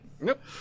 Nope